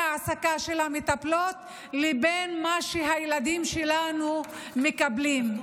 ההעסקה של המטפלות לבין מה שהילדים שלנו מקבלים.